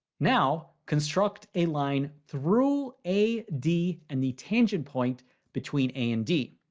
now construct a line through a, d and the tangent point between a and d.